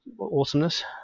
awesomeness